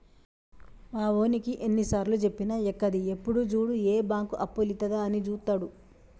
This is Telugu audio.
మావోనికి ఎన్నిసార్లుజెప్పినా ఎక్కది, ఎప్పుడు జూడు ఏ బాంకు అప్పులిత్తదా అని జూత్తడు